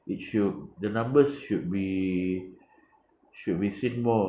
it should the numbers should be should visit more